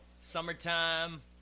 Summertime